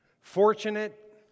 fortunate